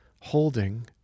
holding